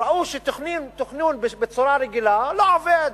ראו שתכנון בצורה רגילה לא עובד.